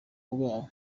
bwabo